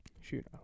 Shoot